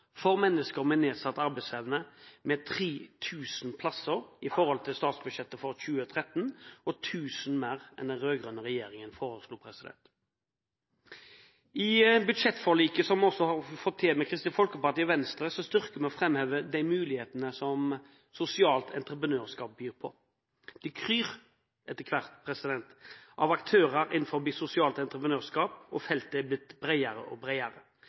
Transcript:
for mennesker med nedsatt arbeidsevne med 3 000 plasser sammenliknet med statsbudsjettet for 2013. Det er også 1 000 flere enn det den rød-grønne regjeringen foreslo. I budsjettforliket, som vi har fått til sammen med Kristelig Folkeparti og Venstre, styrker vi og framhever de muligheter som sosialt entreprenørskap byr på. Det kryr etter hvert av aktører innenfor sosialt entreprenørskap, og feltet har blitt bredere og bredere.